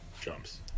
jumps